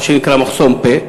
מה שנקרא מחסום פה,